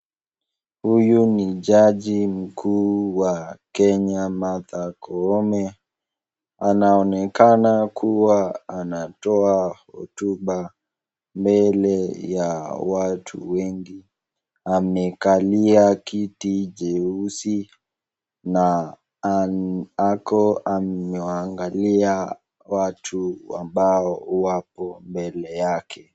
Huyu Ni Jaji mkuu wa Kenya Martha Koome, anaonekana kuwa anatoa hotuba mbele ya watu wengi, amekalia kiti cheusi na ako anaangalia watu ambao wako mbele yake.